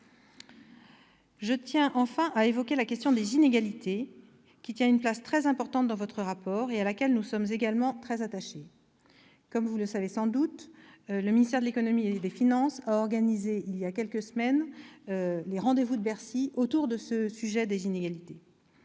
Je tiens enfin à évoquer la question des inégalités, qui tient une place très importante dans votre rapport et à laquelle nous sommes également très attachés. Comme vous le savez sans doute, le ministère de l'économie et des finances a organisé, il y a quelques semaines, une journée d'échanges et de débats